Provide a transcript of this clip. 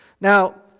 Now